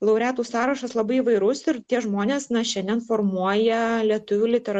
laureatų sąrašas labai įvairus ir tie žmonės na šiandien formuoja lietuvių litera